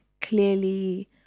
clearly